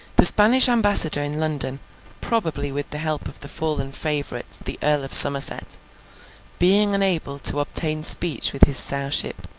the spanish ambassador in london probably with the help of the fallen favourite, the earl of somerset being unable to obtain speech with his sowship,